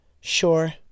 Sure